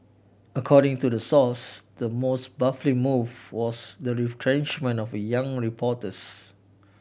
according to the source the most baffling move was the retrenchment of a few young reporters